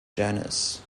genus